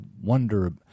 wonder